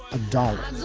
a dollar